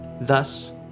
thus